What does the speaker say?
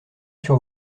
sur